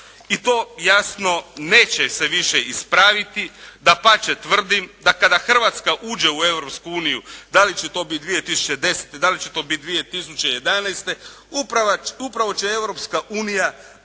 i to jasno neće se više ispraviti. Dapače tvrdim da kada Hrvatska uđe u Europsku uniju, da li će to biti 2010., da li će to biti 2011. upravo će